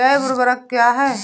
जैव ऊर्वक क्या है?